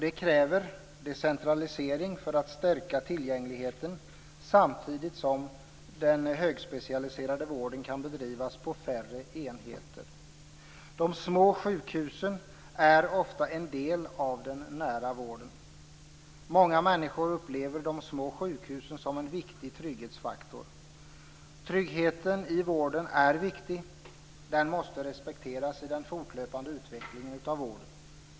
Det kräver decentralisering för att stärka tillgängligheten, samtidigt som den högspecialiserade vården kan bedrivas på färre enheter. De små sjukhusen är ofta en del av den nära vården. Många människor upplever de små sjukhusen som en viktig trygghetsfaktor. Tryggheten i vården är viktig. Det måste respekteras i den fortlöpande utvecklingen av vården.